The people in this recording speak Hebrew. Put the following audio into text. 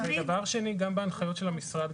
גם בהנחיות של המשרד,